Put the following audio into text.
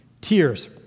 tears